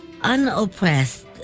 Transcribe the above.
unoppressed